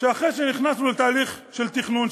שאחרי שנכנסנו לתהליך של תכנון,